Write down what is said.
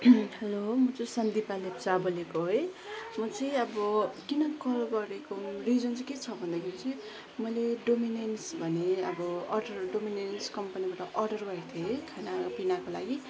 hello म चाहिँ सङ्गिता लेप्चा बोलेको है म चाहिँ अब किन कल गरेको रिजन के छ भन्दाखेरि चाहिँ मैले डोमिनेन्स भन्ने अब अर्डर डोमिनेन्स कम्पनिबाट अर्डर गरेको थिएँ है खानाहरू पिनाको लागि